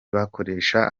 bakoresha